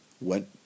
went